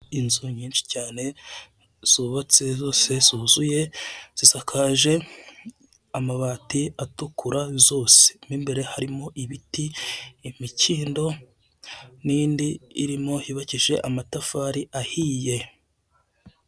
Inzu nyinshi cyane zubatse zose, zuzuye zizasakaje amabati atukura zose, m'imbere harimo ibiti, imikindo n'indi irimo yubakishije amatafari ahiye.